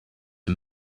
and